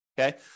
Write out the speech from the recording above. okay